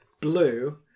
Blue